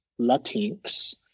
Latinx